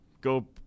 go